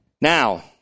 Now